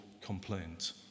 complaint